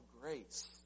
grace